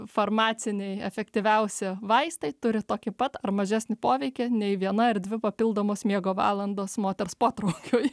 farmaciniai efektyviausi vaistai turi tokį pat ar mažesnį poveikį nei viena ar dvi papildomos miego valandos moters potraukiui